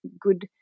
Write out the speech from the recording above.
good –